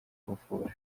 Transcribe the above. kuvura